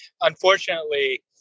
unfortunately